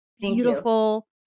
beautiful